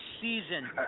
season